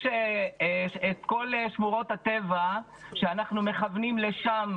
כל שמורות הטבע שאנחנו מכוונים לשם,